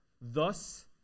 Thus